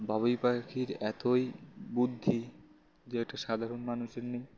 বাবুই পাখির এতই বুদ্ধি যে একটা সাধারণ মানুষের নেই